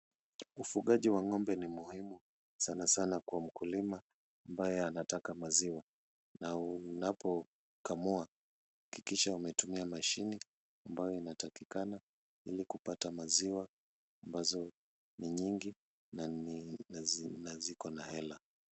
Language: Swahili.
Ufugaji wa ng'ombe ni muhimu sana sana kwa mkulima ambaye anataka maziwa na unapokamua hakikisha umetumia mashine ambayo inatakikana ili kupata maziwa ambazo ni nyingi na ziko na hela.